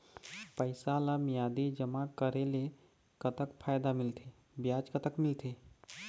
पैसा ला मियादी जमा करेले, कतक फायदा मिलथे, ब्याज कतक मिलथे?